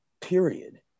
period